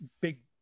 big